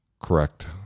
correct